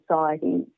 society